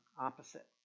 opposite